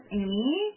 Amy